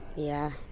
yeah.